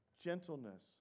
gentleness